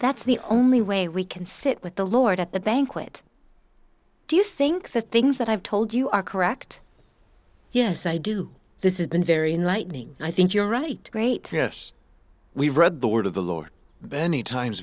that's the only way we can sit with the lord at the banquet do you think the things that i've told you are correct yes i do this is been very enlightening i think you're right great yes we read the word of the lord benny times